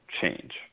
change